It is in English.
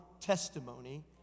testimony